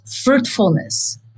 fruitfulness